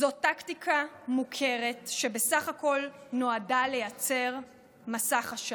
זו טקטיקה מוכרת שבסך הכול נועדה לייצר מסך עשן.